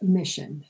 mission